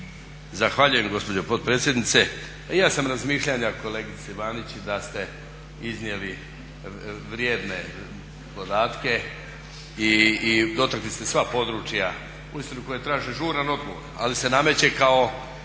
Zahvaljujem gospođo potpredsjednice. Pa i ja sam razmišljanja kolegice Banić da ste iznijeli vrijedne podatke i dotakli ste sva područja, uistinu koja traže žuran odgovor ali se nameće kao